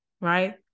right